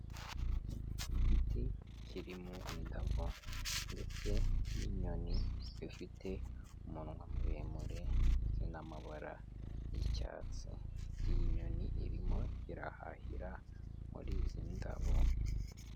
Igiti kiririmo indabo, ndetse n'inyoni ifite umunwa muremure, ndetse n'amabara y'icyatsi, iyi nyoni irimo irahahira muri izi ndabo.